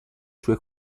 sue